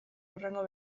hurrengo